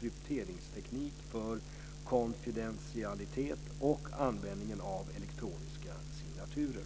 krypteringsteknik för konfidentialitet och användningen av elektroniska signaturer.